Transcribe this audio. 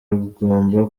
rugomba